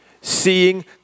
Seeing